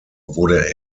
wurde